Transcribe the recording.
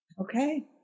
Okay